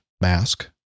mask